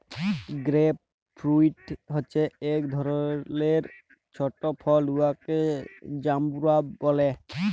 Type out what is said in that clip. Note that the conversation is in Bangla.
গেরেপ ফ্রুইট হছে ইক ধরলের ছট ফল উয়াকে জাম্বুরা ব্যলে